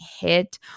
hit